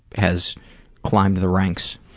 has climbed the ranks.